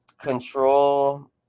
control